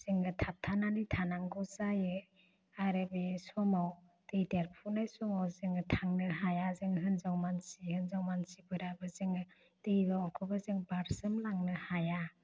जोङो थाबथानानै थानांगौ जायो आरो बे समाव दै देरफुनाय समाव जोङो थांनो हाया जों हिन्जाव मानसि हिन्जाव मासिफ्राबो जोङो दैमाखौबो जों बारसोम लांनो हाया